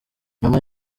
nyuma